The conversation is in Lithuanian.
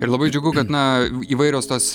ir labai džiugu kad na įvairios tos